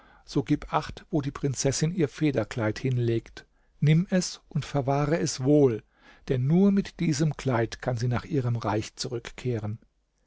so gib acht wo die prinzessin ihr federkleid hinlegt nimm es und verwahre es wohl denn nur mit diesem kleid kann sie nach ihrem reich zurückkehren